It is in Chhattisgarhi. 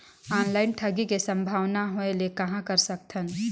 ऑनलाइन ठगी के संभावना होय ले कहां कर सकथन?